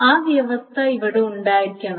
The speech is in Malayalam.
ആ അവസ്ഥ ഇവിടെ ഉണ്ടായിരിക്കണം